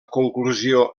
conclusió